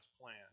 plan